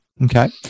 Okay